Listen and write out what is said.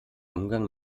umgang